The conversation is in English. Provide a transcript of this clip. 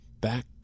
back